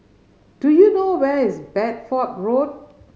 do you know where is Bedford Road